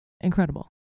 Incredible